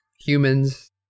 humans